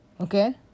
Okay